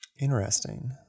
Interesting